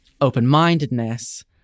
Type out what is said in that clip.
open-mindedness